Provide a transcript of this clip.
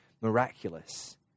miraculous